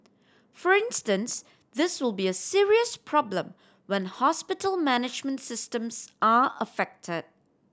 for instance this will be a serious problem when hospital management systems are affected